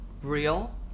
Real